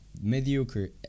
Mediocre